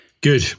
Good